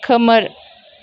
खोमोर